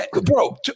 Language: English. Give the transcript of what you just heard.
bro